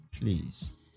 please